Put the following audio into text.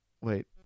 Wait